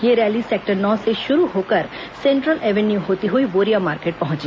यह rally sector नौ से शुरू होकर सेंट्रल एवेन्यू होती हुई बोरिया मार्केट पहुंची